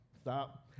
stop